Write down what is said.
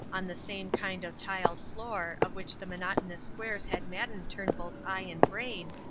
on the same kind of tiled floor, of which the monotonous squares had maddened turnbull's eye and brain,